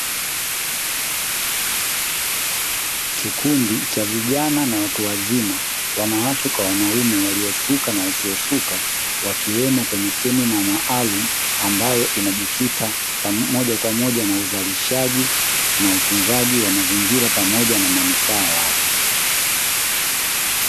Kikundi cha vijana na watu wazima, wanawake kwa wanaume, waliosuka na wasiosuka; wakiwemo kwenye semina maalumu ambayo inajikita moja kwa moja na uzalishaji na utunzaji wa mazingira pamoja na manufaa yake.